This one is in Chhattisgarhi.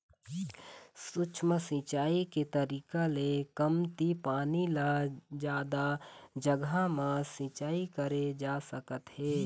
सूक्ष्म सिंचई के तरीका ले कमती पानी ल जादा जघा म सिंचई करे जा सकत हे